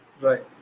Right